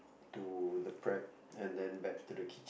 to the prep and then back to the kitchen